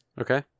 okay